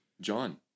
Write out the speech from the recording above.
John